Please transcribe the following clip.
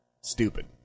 stupid